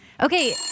Okay